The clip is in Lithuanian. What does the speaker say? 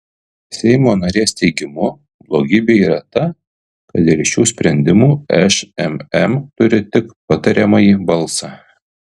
seimo narės teigimu blogybė yra ta kad dėl šių sprendimų šmm turi tik patariamąjį balsą